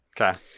okay